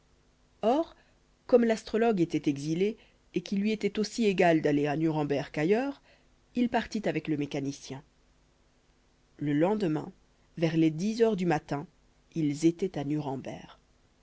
or comme l'astrologue était exilé et qu'il lui était aussi égal d'aller à nuremberg qu'ailleurs il partit avec le mécanicien le lendemain vers les dix heures du matin ils étaient à nuremberg